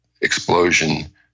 explosion